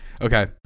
okay